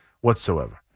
whatsoever